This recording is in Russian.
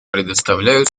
предоставляю